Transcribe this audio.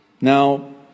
Now